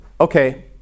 okay